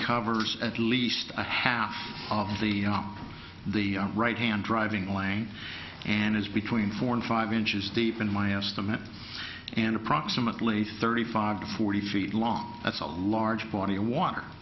covers at least half of the on the right hand driving lane and is between four and five inches deep in my estimate and approximately thirty five to forty feet long that's a large body of water